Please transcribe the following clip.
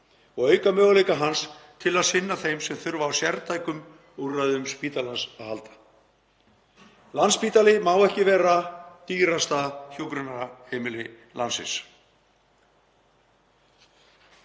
og auka möguleika hans á að sinna þeim sem þurfa á sértækum úrræðum spítalans að halda. Landspítali má ekki vera dýrasta hjúkrunarheimili landsins.